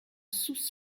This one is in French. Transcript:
sous